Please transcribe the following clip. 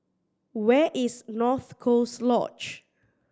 where is North Coast Lodge